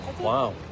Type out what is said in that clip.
wow